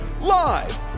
live